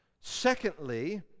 Secondly